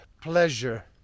pleasure